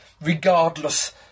regardless